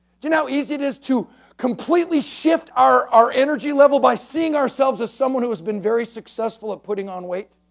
do you know how easy it is to completely shift our our energy level by seeing ourselves as someone who has been very successful at putting on weight.